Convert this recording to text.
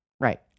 Right